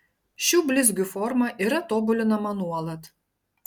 šių blizgių forma yra tobulinama nuolat